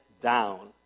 down